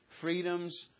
freedoms